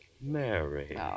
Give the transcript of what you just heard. Mary